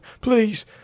Please